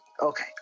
Okay